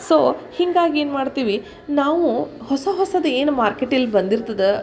so ಹಿಂಗಾಗೆ ಏನು ಮಾಡ್ತೀವಿ ನಾವು ಹೊಸ ಹೊಸದು ಏನು ಮಾರ್ಕೆಟಲ್ಲಿ ಬಂದಿರ್ತದೆ